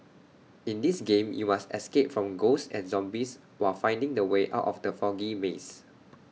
in this game you must escape from ghosts and zombies while finding the way out of the foggy maze